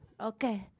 okay